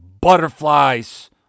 butterflies